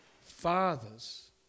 fathers